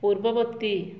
ପୂର୍ବବର୍ତ୍ତୀ